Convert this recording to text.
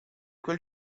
quel